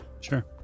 Sure